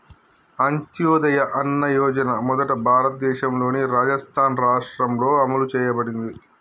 అంత్యోదయ అన్న యోజన మొదట భారతదేశంలోని రాజస్థాన్ రాష్ట్రంలో అమలు చేయబడింది